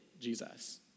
Jesus